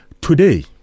Today